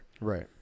Right